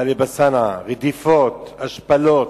השפלות,